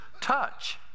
touch